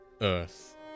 Earth